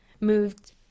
moved